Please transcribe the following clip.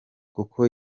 kuko